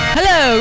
Hello